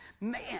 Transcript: Man